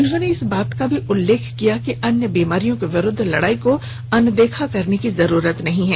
उन्होंने इस बात का भी उल्लेख किया कि अन्य बीमारियों के विरूद्व लड़ाई को अनदेखा करने की जरूरत नहीं है